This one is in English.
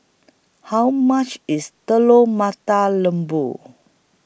How much IS Telur Mata Lembu